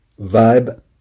vibe